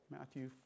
Matthew